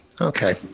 okay